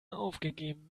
aufgegeben